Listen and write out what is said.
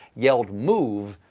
yelled move,